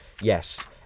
yes